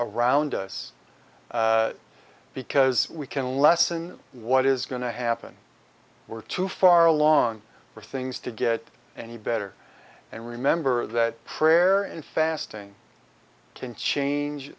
around us because we can lessen what is going to happen we're too far along for things to get any better and remember that prayer and fasting can change